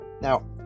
Now